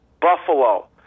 Buffalo